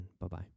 Bye-bye